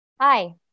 Hi